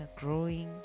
growing